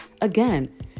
Again